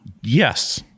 Yes